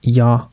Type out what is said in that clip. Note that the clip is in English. ja